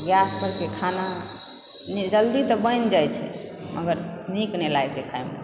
gas परके खाना जल्दी तऽ बनि जाइत छै मगर नीक नही लागै छै खाएमे